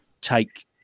take